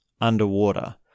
underwater